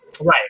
Right